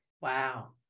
Wow